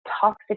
toxic